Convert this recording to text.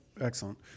Excellent